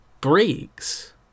breaks